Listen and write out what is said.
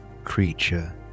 creature